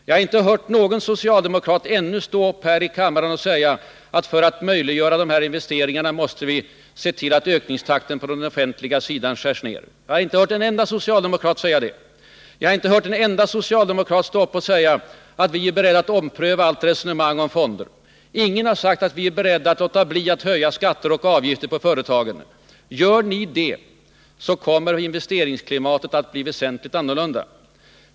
Jag har ännu inte hört någon socialdemokrat stå upp här i kammaren och säga att vi för att möjliggöra industriinvesteringarna måste se till att ökningstakten på den offentliga sidan skärs ned. Jag har inte hört en enda socialdemokrat säga det. Jag har inte hört en enda socialdemokrat säga: Vi är beredda att ompröva vår inställning till fonder. Ingen har sagt: Vi är beredda att låta bli att höja skatter och avgifter för företagen. Gör ni det, kommer investeringsklimatet att bli väsentligt annorlunda.